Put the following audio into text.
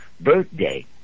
birthday